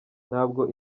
ntabwo